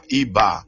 iba